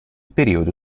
periodo